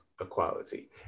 equality